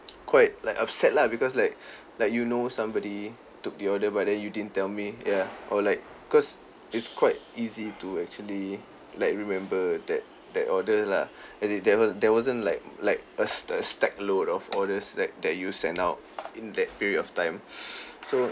quite like upset lah because like like you know somebody took the order but then you didn't tell me ya or like cause it's quite easy to actually like remember that that order lah as in there was there wasn't like like a s~ a stack load of orders like that you send out in that period of time so